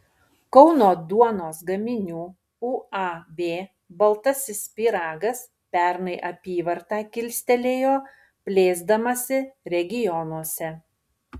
kauno duonos gaminių uab baltasis pyragas pernai apyvartą kilstelėjo plėsdamasi regionuose